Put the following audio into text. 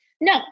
no